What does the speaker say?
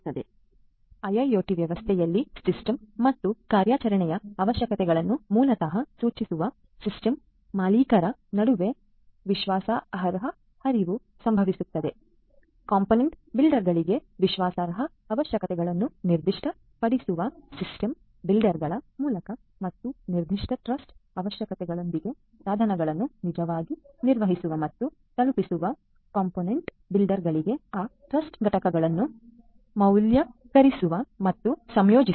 ಆದ್ದರಿಂದ IIoT ವ್ಯವಸ್ಥೆಯಲ್ಲಿ system ಮತ್ತು ಕಾರ್ಯಾಚರಣೆಯ ಅವಶ್ಯಕತೆಗಳನ್ನು ಮೂಲತಃ ಸೂಚಿಸುವ ಸಿಸ್ಟಮ್ ಮಾಲೀಕರ ನಡುವೆ ವಿಶ್ವಾಸಾರ್ಹ ಹರಿವು ಸಂಭವಿಸುತ್ತದೆ ಕಾಂಪೊನೆಂಟ್ ಬಿಲ್ಡರ್ಗಳಿಗೆ ವಿಶ್ವಾಸಾರ್ಹ ಅವಶ್ಯಕತೆಗಳನ್ನು ನಿರ್ದಿಷ್ಟಪಡಿಸುವ ಸಿಸ್ಟಮ್ ಬಿಲ್ಡರ್ಗಳ ಮೂಲಕ ಮತ್ತು ನಿರ್ದಿಷ್ಟ ಟ್ರಸ್ಟ್ ಅವಶ್ಯಕತೆಗಳೊಂದಿಗೆ ಸಾಧನಗಳನ್ನು ನಿಜವಾಗಿ ನಿರ್ಮಿಸುವ ಮತ್ತು ತಲುಪಿಸುವ ಕಾಂಪೊನೆಂಟ್ ಬಿಲ್ಡರ್ಗಳಿಗೆ ಆ ಟ್ರಸ್ಟ್ ಘಟಕಗಳನ್ನು ಮೌಲ್ಯೀಕರಿಸುವ ಮತ್ತು ಸಂಯೋಜಿಸುವ